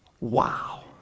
Wow